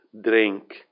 drink